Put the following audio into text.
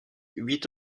huit